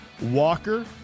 Walker